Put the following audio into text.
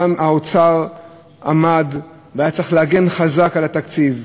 גם האוצר עמד והיה צריך להגן חזק על התקציב,